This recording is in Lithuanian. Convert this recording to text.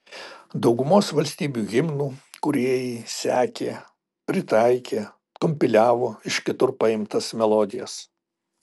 daugumos valstybių himnų kūrėjai sekė pritaikė kompiliavo iš kitur paimtas melodijas